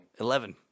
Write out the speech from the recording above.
Eleven